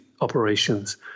operations